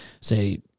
say